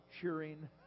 cheering